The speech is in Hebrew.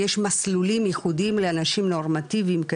יש מסלולים ייחודיים לאנשים נורמטיביים,